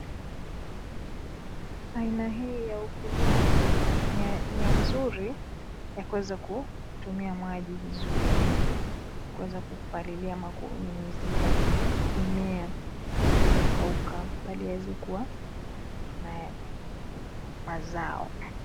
Aina hii ya ukulima ni nia nzuri ya kuweza kutumia maji vizuri kuweza kupalilia ama kunyunyuzia mimea yasiweze kukauka bali yaweze kukua na mazao.